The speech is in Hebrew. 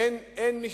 אין מישהו,